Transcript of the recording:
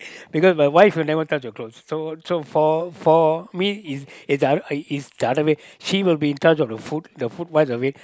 because my wife will never touch the clothes so so for for me is is uh uh is the other way me she will be in charge of the food the food wise I mean